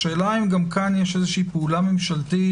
השאלה אם גם כאן יש פעולה ממשלתית,